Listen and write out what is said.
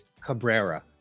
Cabrera